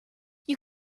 you